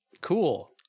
Cool